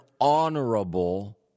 honorable